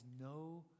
no